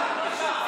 נתת לו מילה, אחמד.